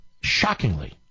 shockingly